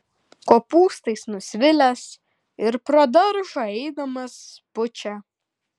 kopūstais nusvilęs ir pro daržą eidamas pučia